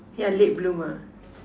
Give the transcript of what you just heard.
yeah late bloomer